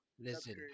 Listen